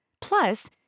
Plus